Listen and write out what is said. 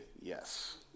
yes